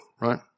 right